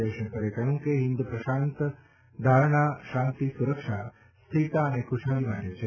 જયશંકરે કહ્યું કે હિંદ પ્રશાંત ધારણા શાંતિ સુરક્ષા સ્થિરતા અને ખુશહાલી માટે છે